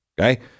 Okay